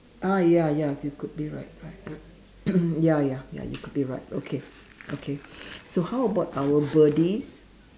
ah ya ya you could be right right ya ya ya you could be right okay okay so how about our birdies